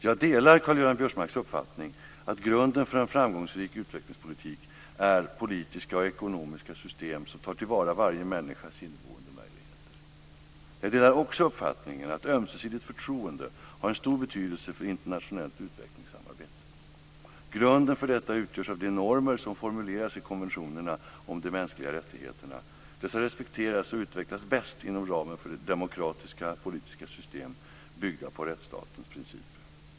Jag delar Karl-Göran Biörsmarks uppfattning att grunden för en framgångsrik utvecklingspolitik är politiska och ekonomiska system som tar till vara varje människas inneboende möjligheter. Jag delar också uppfattningen att ömsesidigt förtroende har en stor betydelse för internationellt utvecklingssamarbete. Grunden för detta utgörs av de normer som formuleras i konventionerna om de mänskliga rättigheterna. Dessa respekteras och utvecklas bäst inom ramen för demokratiska politiska system byggda på rättsstatens principer.